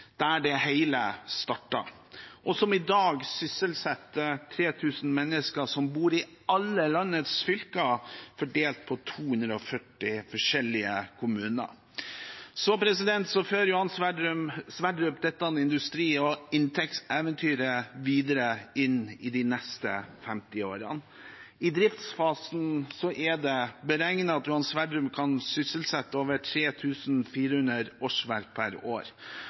som i dag sysselsetter 3 000 mennesker som bor i alle landets fylker, fordelt på 240 forskjellige kommuner. Så fører Johan Sverdrup dette industri- og inntektseventyret videre inn i de neste 50 årene. I driftsfasen er det beregnet at Johan Sverdrup kan sysselsette over 3 400 årsverk per år,